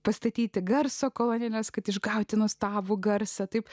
pastatyti garso kolonėles kad išgauti nuostabų garsą taip